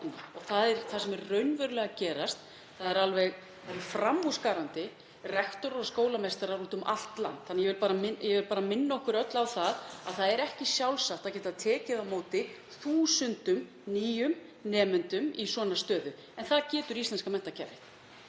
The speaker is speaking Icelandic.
Það er það sem er raunverulega að gerast. Það eru alveg framúrskarandi rektorar og skólameistarar úti um allt land. Ég vil bara minna okkur öll á að það er ekki sjálfsagt að geta tekið á móti þúsundum nýrra nemendum í svona stöðu en það getur íslenska menntakerfið